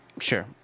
Sure